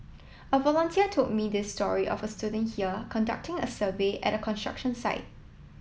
a volunteer told me this story of student here conducting a survey at a construction site